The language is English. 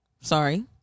sorry